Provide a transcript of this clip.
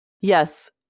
Yes